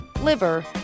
liver